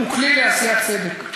משפט הוא כלי לעשיית צדק.